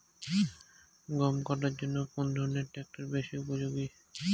গম কাটার জন্য কোন ধরণের ট্রাক্টর বেশি উপযোগী?